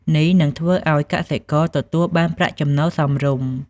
នេះនឹងធ្វើឱ្យកសិករទទួលបានប្រាក់ចំណូលសមរម្យ។